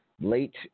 late